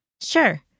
Sure